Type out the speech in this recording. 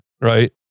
Right